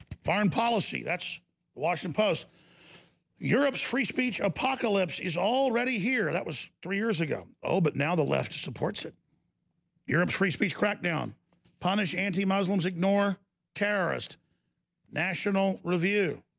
foreign policy. that's washington post europe's free speech apocalypse is already here. that was three years ago. oh, but now the left supports it europe's free speech crackdown punish anti muslims ignore terrorists national review